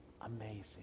amazing